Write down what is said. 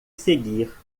seguir